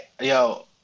yo